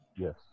Yes